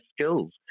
skills